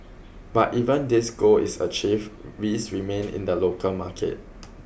but even this goal is achieved risks remain in the local market